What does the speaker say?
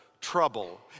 trouble